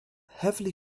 heavily